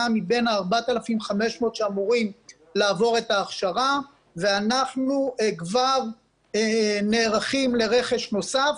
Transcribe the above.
מבין ה-4,500 שאמורים לעבור את ההכשרה ואנחנו כבר נערכים לרכש נוסף,